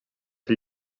del